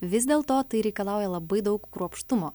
vis dėlto tai reikalauja labai daug kruopštumo